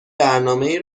برنامهای